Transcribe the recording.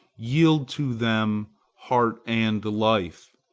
yield to them heart and life,